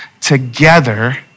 together